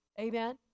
amen